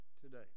today